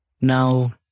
Now